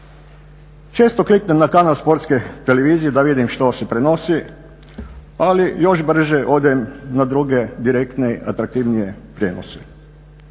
Često kliknem na kanal Sportske televizije da vidim što se prenosi, ali još brže odem na druge direktne, atraktivnije prijenose.